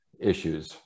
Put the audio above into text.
issues